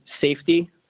safety